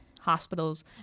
Hospitals